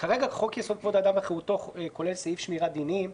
כרגע חוק-יסוד: כבוד האדם וחירותו כולל סעיף שמירת דינים,